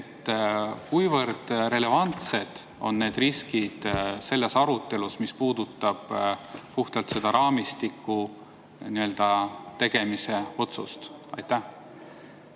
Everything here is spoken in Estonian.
Kuivõrd relevantsed on need riskid selles arutelus, mis puudutab puhtalt raamistiku tegemise otsust? Aitäh,